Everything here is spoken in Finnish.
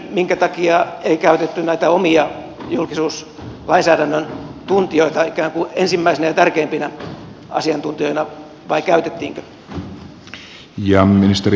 minkä takia ei käytetty näitä omia julkisuuslainsäädännön tuntijoita ikään kuin ensimmäisinä ja tärkeimpinä asiantuntijoina vai käytettiinkö